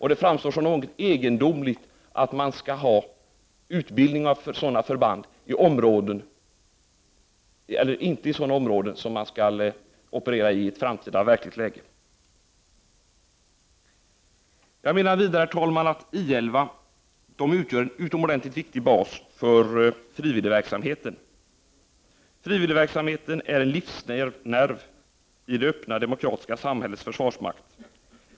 Det framstår som egendomligt att man inte skall ha utbildning av sådana förband i de områden i vilka de skall operera i ett framtida verkligt läge. Jag menar vidare, herr talman, att I 11 utgör en utomordentligt viktig bas för frivilligverksamheten. Frivilligverksamheten är en livsnerv i det öppna demokratiska samhällets försvarsmakt.